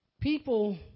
People